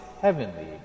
heavenly